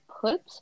put